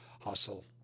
hustle